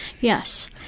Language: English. Yes